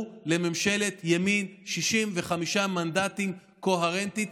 לממשלת ימין של 65 מנדטים קוהרנטית.